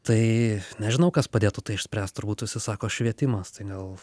tai nežinau kas padėtų tai išspręst turbūt visi sako švietimas tai gal